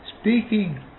speaking